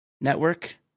Network